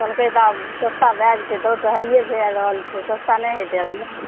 कहलकै दए अबहु सस्ता भए जेतै तब तऽ होइये जाए रहल छै सस्ता नहि होयतै अभी नहि